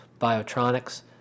Biotronics